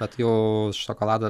bet jau šokolado